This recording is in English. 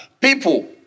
people